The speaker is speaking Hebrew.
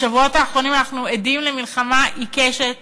בשבועות האחרונים אנחנו עדים למלחמה עיקשת